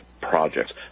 projects